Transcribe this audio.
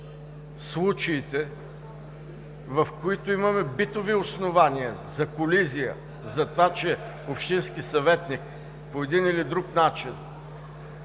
случаите, в които имаме битови основания за колизия, за това, че общинският съветник, по един или друг начин,